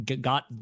got